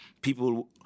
people